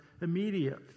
immediate